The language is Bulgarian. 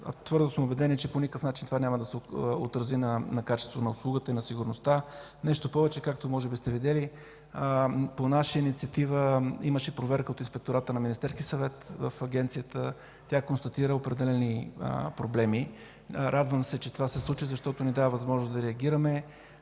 Твърдо сме убедени, че по никакъв начин това няма да се отрази на качеството на услугата и сигурността. Нещо повече, както може би сте видели, по наша инициатива имаше проверка от Инспектората на Министерския съвет в Агенцията. Тя констатира определени проблеми. Радвам се, че това се случи, защото ни дава възможност да реагираме.